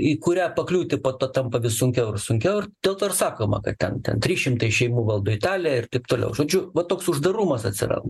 į kurią pakliūti po to tampa vis sunkiau ir sunkiau dėl to ir sakoma kad ten ten trys šimtai šeimųvaldo italiją ir taip toliau žodžiu va toks uždarumas atsiranda